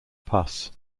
pus